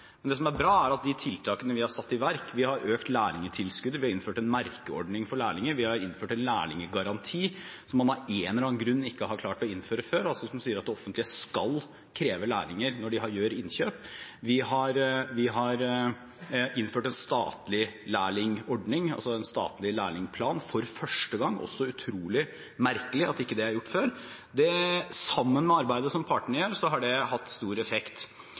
Det som er bra, er de tiltakene som vi har satt i verk – vi har økt lærlingtilskuddet, vi har innført en merkeordning for lærlinger, vi har innført en lærlinggaranti – som man av en eller annen grunn ikke har klart å innføre før – som sier at det offentlige skal kreve lærlinger når de gjør innkjøp, vi har innført en statlig lærlingordning, altså en statlig lærlingplan, for første gang, også utrolig merkelig at det ikke er gjort før. Sammen med arbeidet som partene gjør, har det hatt stor effekt.